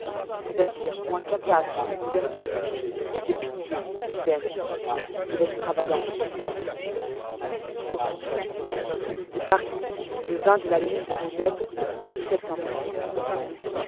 c'est-à-dire moins capable de les gouverner j'ai pitié ibben de l'extravagance humaine de paris le de la lune de